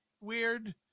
weird